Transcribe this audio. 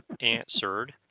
answered